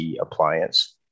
appliance